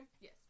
Yes